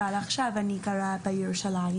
אבל עכשיו אני גרה בירושלים.